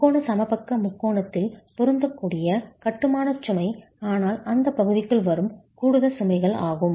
முக்கோண சமபக்க முக்கோணத்தில் பொருந்தக்கூடிய கட்டுமான சுமை ஆனால் அந்த பகுதிக்குள் வரும் கூடுதல் சுமைகள் ஆகும்